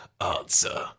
answer